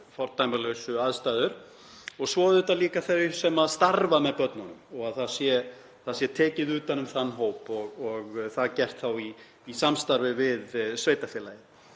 fordæmalausu aðstæður. Svo eru það þau sem starfa með börnunum, að það sé tekið utan um þann hóp og það þá gert í samstarfi við sveitarfélagið.